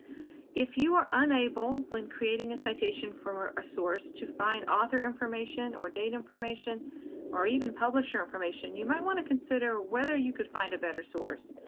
if you are unable, when creating a citation for a source to find author information or date information or even publisher information, you might want to consider whether you could find a better source,